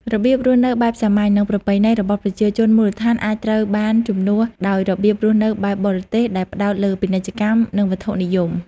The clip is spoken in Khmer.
របៀបរស់នៅបែបសាមញ្ញ និងប្រពៃណីរបស់ប្រជាជនមូលដ្ឋានអាចត្រូវបានជំនួសដោយរបៀបរស់នៅបែបបរទេស ដែលផ្តោតលើពាណិជ្ជកម្ម និងវត្ថុនិយម។